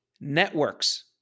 Networks